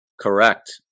Correct